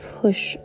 push